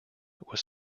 was